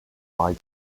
like